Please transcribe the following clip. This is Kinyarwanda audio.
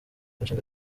nshinga